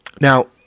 now